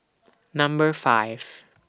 Number five